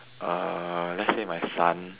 uh let say my son